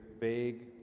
vague